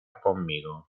conmigo